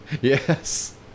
Yes